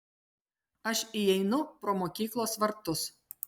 aš įeinu pro mokyklos vartus